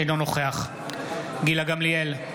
אינו נוכח גילה גמליאל,